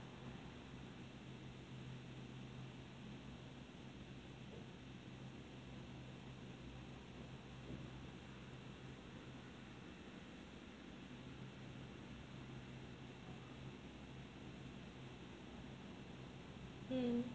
mm